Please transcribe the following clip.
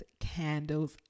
candles